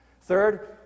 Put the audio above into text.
Third